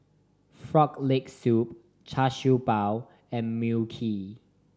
Frog Leg Soup Char Siew Bao and Mui Kee